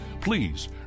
please